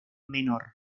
menor